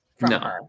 No